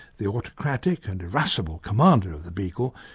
the autocratic and irascible commander of the beagle,